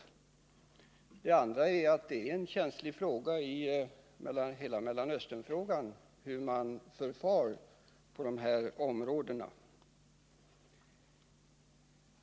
För det andra är det mot bakgrunden av hela Mellanösternfrågan känsligt hur man förfar i sådana här sammanhang.